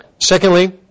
Secondly